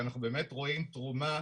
ואנחנו באמת רואים תרומה